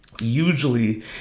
usually